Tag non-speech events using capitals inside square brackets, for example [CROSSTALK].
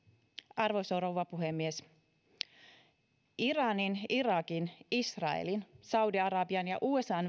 arvoisa rouva puhemies iranin irakin israelin saudi arabian ja usan [UNINTELLIGIBLE]